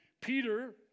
Peter